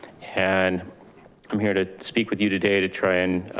and i'm here to speak with you today to try and